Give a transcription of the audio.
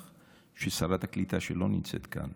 שרת הקליטה לא נמצאת כאן,